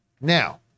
Now